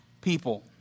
people